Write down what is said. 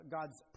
God's